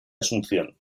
asunción